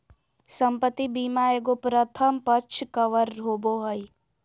संपत्ति बीमा एगो प्रथम पक्ष कवर होबो हइ